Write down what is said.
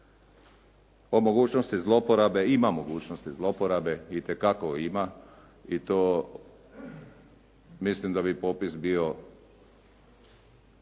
Po mogućnosti zlouporabe, ima mogućnosti zloporabe, itekako ima i to mislim da bi popis bio